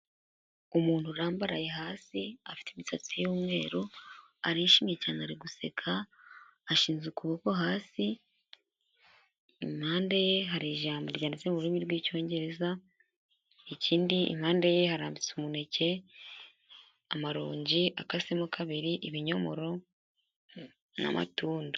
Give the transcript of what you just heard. Imuntu urambaraye hasi, afite imisatsi y'umweru, arishimye cyane ari guseka, ashinze ukuboko hasi, impande ye hari ijambo ryanditse mu rurimi rw'icyongereza ikindi impande ye harambitse umuneke, amarongi akasemo kabiri, ibinyomoro n'amatunda.